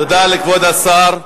תודה לכבוד השר.